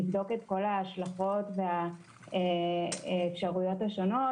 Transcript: לבדוק את כל ההשלכות והאפשרויות השונות,